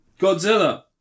Godzilla